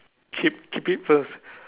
keep keep it first